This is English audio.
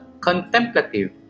contemplative